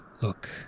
Look